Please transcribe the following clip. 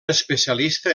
especialista